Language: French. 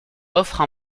offre